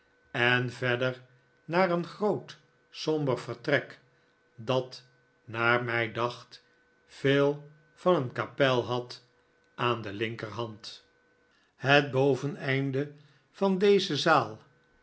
en verder naar een groot somber vertrek dat naar mij dacht veel van een kapel had aan de linkerhand het boveneinde van deze zaal